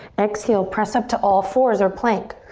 exhale, press up to all fours or plank.